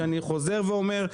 אני חוזר ואומר,